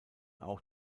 auch